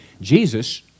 Jesus